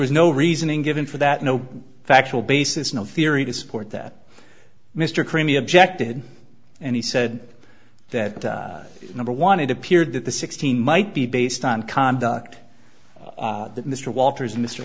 was no reasoning given for that no factual basis no theory to support that mr crimi objected and he said that number one it appeared that the sixteen might be based on conduct that mr walters mr